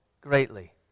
greatly